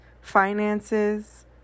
finances